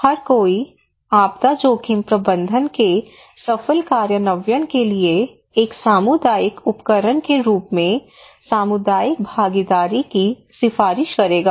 हर कोई आपको आपदा जोखिम प्रबंधन के सफल कार्यान्वयन के लिए एक सामुदायिक उपकरण के रूप में सामुदायिक भागीदारी की सिफारिश करेगा